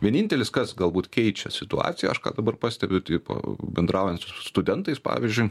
vienintelis kas galbūt keičia situaciją aš ką dabar pastebiu tipo bendraujant su studentais pavyzdžiui